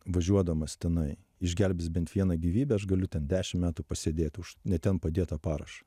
važiuodamas tenai išgelbės bent vieną gyvybę aš galiu ten dešim metų pasėdėt už ne ten padėtą parašą